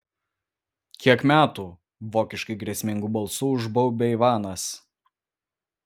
kiek metų vokiškai grėsmingu balsu užbaubia ivanas